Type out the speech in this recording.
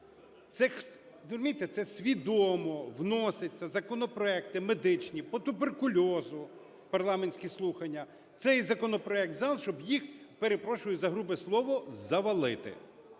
це свідомо вносяться законопроекти медичні, по туберкульозу парламентські слухання, цей законопроект в зал, щоб їх, перепрошую за грубе слово, завалити.